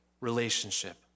relationship